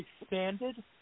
expanded